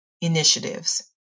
initiatives